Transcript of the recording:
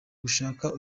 gushaka